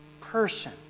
person